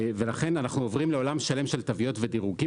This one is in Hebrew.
ולכן אנחנו עוברים לעולם שלם של תוויות ודירוגים,